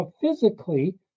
physically